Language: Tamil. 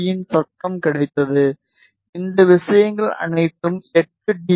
பி இன் சத்தம் கிடைத்தது இந்த விஷயங்கள் அனைத்தும் 8 டி